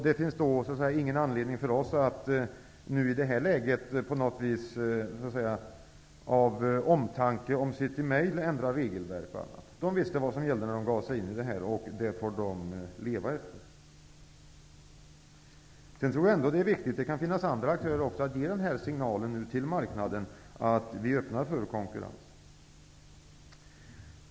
Det finns då ingen anledning för oss att i det här läget ändra regelverket så att säga av omtanke om Sedan tror jag att det är viktigt -- det kan finnas andra aktörer också -- att ge signalen till marknaden att vi öppnar för konkurrens.